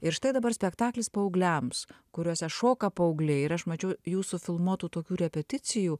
ir štai dabar spektaklis paaugliams kuriuose šoka paaugliai ir aš mačiau jūsų filmuotų tokių repeticijų